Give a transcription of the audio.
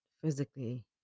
physically